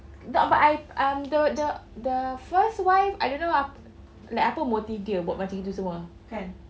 no but I um the the the first wife I don't know ah like apa motive dia buat macam gitu semua kan